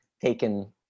taken